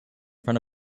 front